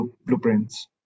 blueprints